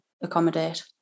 accommodate